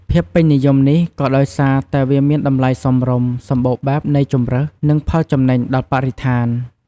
ភាពពេញនិយមនេះក៏ដោយសារតែវាមានតម្លៃសមរម្យ សម្បូរបែបនៃជម្រើស និងផលចំណេញដល់បរិស្ថាន។